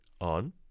on